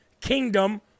Kingdom